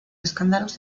escándalos